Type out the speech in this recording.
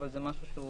אבל זה משהו שהוא